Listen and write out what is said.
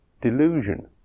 delusion